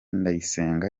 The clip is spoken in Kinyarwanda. ndayisenga